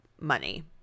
money